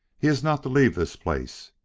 he is not to leave this place.